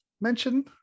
mention